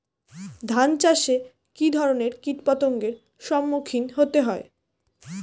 ধান চাষে কী ধরনের কীট পতঙ্গের সম্মুখীন হতে হয়?